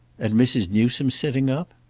and mrs. newsome's sitting up?